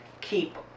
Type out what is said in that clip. keep